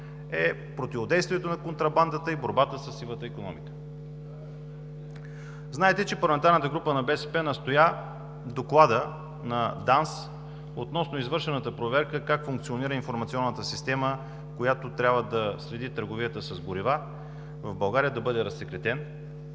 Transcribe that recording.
е противодействието на контрабандата и борбата със сивата икономика. Знаете, че парламентарната група на БСП настоя докладът на ДАНС относно извършената проверка как функционира информационната система, която трябва да следи търговията с горива в България, да бъде разсекретен.